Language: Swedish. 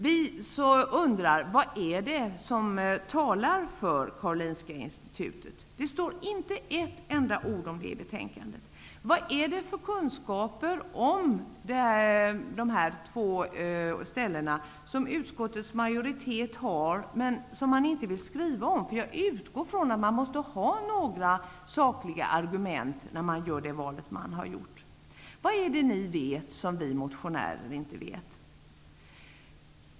Vi undrar vad det är som talar för Karolinska institutet. Det står inte ett enda ord om detta i betänkandet. Vad är det för kunskaper om dessa två ställen som utskottets majoritet har men som den inte vill skriva om? Jag utgår från att man har några sakliga argument när man gör det val som man gör. Vad är det ni vet som vi motionärer inte vet?